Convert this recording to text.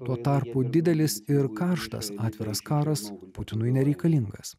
tuo tarpu didelis ir karštas atviras karas putinui nereikalingas